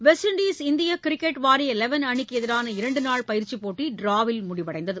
west Indies இந்திய cricket வாரிய eleven அணிக்கு எதிரான இரண்டு நாள் பயிற்சிப் போட்டி டிராவில் முடிவடைந்தது